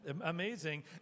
Amazing